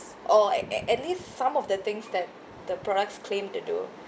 or a~ a~ at least some of the things that the products claim to do